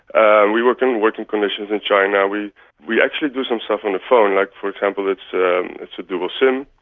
and we worked on working conditions in china. we we actually do some stuff on the phone, like for example it's it's a dual sim,